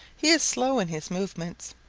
he is slow in his movements.